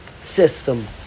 system